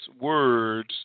words